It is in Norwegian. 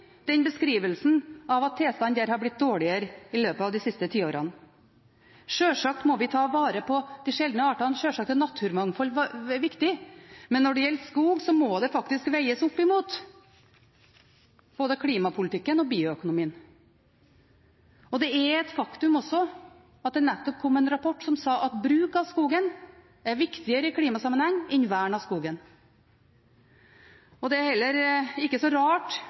beskrivelsen av at tilstanden der har blitt dårligere i løpet av de siste tiårene. Sjølsagt må vi ta vare på de sjeldne artene, sjølsagt er naturmangfold viktig. Men når det gjelder skog, må det faktisk veies opp mot både klimapolitikken og bioøkonomien. Det er også et faktum at det nettopp kom en rapport som sa at bruk av skogen er viktigere i klimasammenheng enn vern av skogen. Det er heller ikke så rart